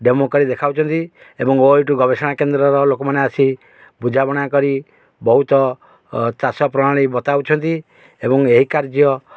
demo କରି ଦେଖାଉଛନ୍ତି ଏବଂ ଓ ଏଇଠୁ ଗବେଷଣା କେନ୍ଦ୍ରର ଲୋକମାନେ ଆସି ବୁଝାମଣା କରି ବହୁତ ଚାଷ ପ୍ରଣାଳୀ ବତାଉଛନ୍ତି ଏବଂ ଏହି କାର୍ଯ୍ୟ